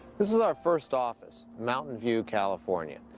this is our first office, mountain view, california.